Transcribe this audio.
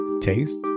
taste